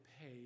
pay